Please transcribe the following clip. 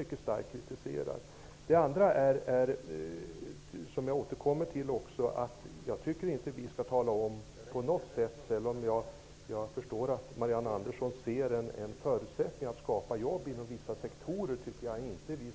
Det här är alltså ett helt annat förslag, som vi mycket starkt kritiserar. Även om jag förstår att Marianne Andersson ser en förutsättning att skapa jobb inom vissa sektorer, tycker jag inte att vi